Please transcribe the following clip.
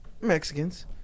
Mexicans